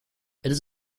has